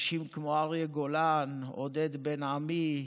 אנשים כמו אריה גולן, עודד בן עמי,